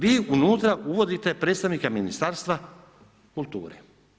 Vi unutra uvodite predstavnika Ministarstva kulture.